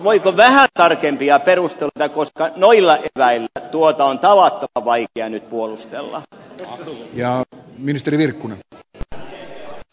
voiko vähän tarkempia perusteluita antaa koska noilla eväillä tuota on tavattoman vaikea nyt puolustella